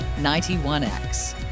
91X